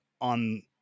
on